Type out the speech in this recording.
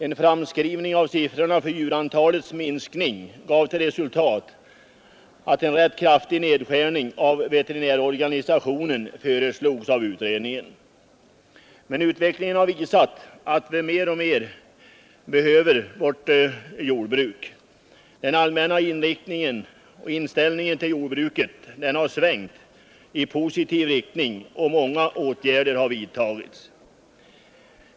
En framskrivning av siffrorna för djurantalets minskning gav till resultat att en rätt kraftig nedskärning av veterinärorganisationen föreslogs av utredningen. Men utvecklingen har visat att vi mer och mer behöver vårt jordbruk. Den allmänna inriktningen och inställningen till jordbruket har svängt i positiv riktning och många åtgärder har vidtagits.